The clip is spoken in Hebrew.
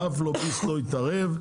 ואף לוביסט לא התערב,